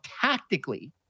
tactically